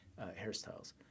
hairstyles